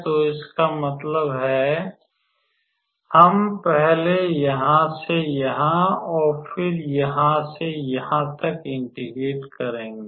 तो इसका मतलब है हम पहले यहाँ से यहाँ और फिर यहाँ से यहाँ तक इंटेग्रेट करेंगे